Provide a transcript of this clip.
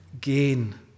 gain